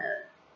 uh